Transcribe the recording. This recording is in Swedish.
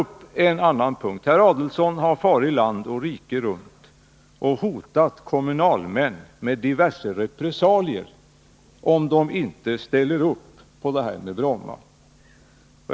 Herr Adelsohn har farit land och rike runt och hotat kommunalmän med diverse repressalier om de inte ställer upp på Bromma.